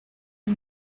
que